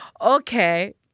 Okay